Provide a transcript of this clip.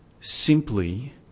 simply